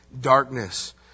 darkness